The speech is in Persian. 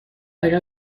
اگر